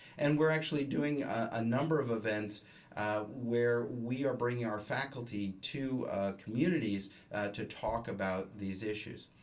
and we're actually doing a number of events where we are bringing our faculty to communities to talk about these issues.